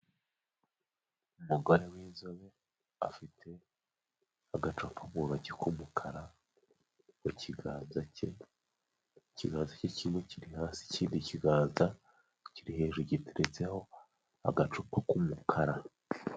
Umugore w'inzobe afite agacupa mu ntoki k'umukara mu kiganza cye, ikiganza cye kimwe kiri hasi ikindi kiganza kiri hejuru giteretseho agacupa k'umukara.